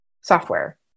software